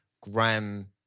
gram